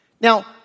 Now